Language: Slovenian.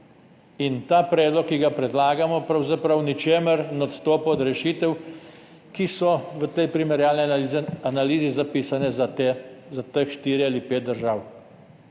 In ta predlog, ki ga predlagamo, pravzaprav v ničemer ne odstopa od rešitev, ki so v tej primerjalni analizi zapisane za teh štiri ali pet držav.